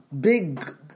big